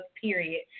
period